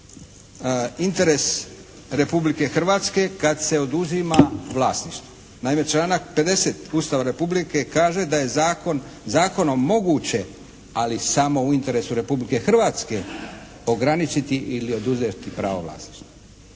interes Republike Hrvatske kad se oduzima vlasništvo. Naime, članak 50. Ustava Republike kaže da je zakonom moguće, ali samo u interesu Republike Hrvatske ograničiti ili oduzeti pravo vlasništva.